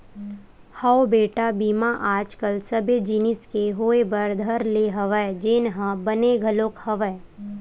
हव बेटा बीमा आज कल सबे जिनिस के होय बर धर ले हवय जेनहा बने घलोक हवय